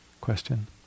Question